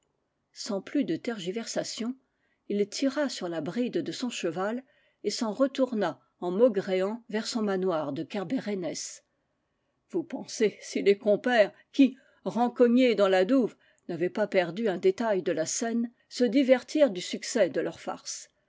sans plus de tergiversation il tira sur la bride de son cheval et s'en retourna en maugréant vers son manoir de kerbérennès vous pensez si les compères qui rencognés dans la douve n'avaient pas perdu un détail de la scène se divertirent du succès de leur farce